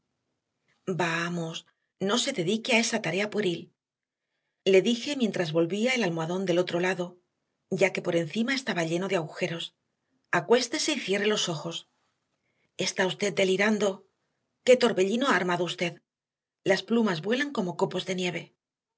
vamos no se dedique a esa tarea pueril le dije mientras volvía el almohadón del otro lado ya que por encima estaba lleno de agujeros acuéstese y cierre los ojos está usted delirando qué torbellino ha armado usted las plumas vuelan como copos de nieve